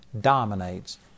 dominates